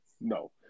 No